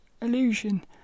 illusion